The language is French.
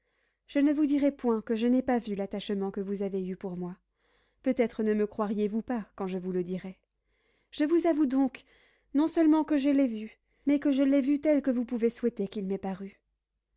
je ne vous dirai point que je n'ai pas vu l'attachement que vous avez eu pour moi peut-être ne me croiriez-vous pas quand je vous le dirais je vous avoue donc non seulement que je l'ai vu mais que je l'ai vu tel que vous pouvez souhaiter qu'il m'ait paru